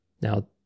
Now